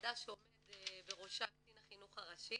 ועדה שעומד בראשה קצין החינוך הראשי